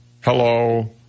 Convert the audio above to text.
hello